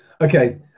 Okay